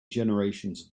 generations